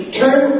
turn